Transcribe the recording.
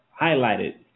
highlighted